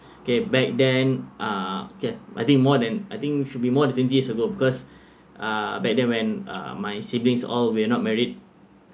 kay back then uh okay I think more than I think should be more than twenty years ago because uh back then when uh my siblings all we're not married